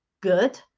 good